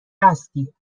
هستی